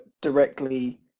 directly